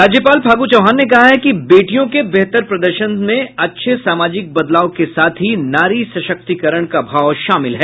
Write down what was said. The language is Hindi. राज्यपाल फागु चौहान ने कहा है कि बेटियों के बेहतर प्रदर्शन में अच्छे सामाजिक बदलाव के साथ ही नारी सशक्तीकरण का भाव शामिल है